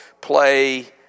play